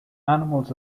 animals